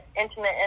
intimate